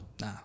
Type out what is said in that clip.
Nah